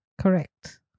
correct